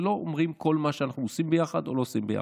ולא אומרים כל מה שאנחנו עושים ביחד או לא עושים ביחד.